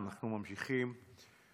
היו"ר מיקי לוי: אנחנו ממשיכים בסדר-היום.